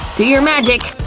do your magic!